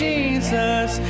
Jesus